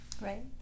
Right